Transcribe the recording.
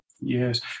Yes